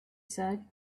said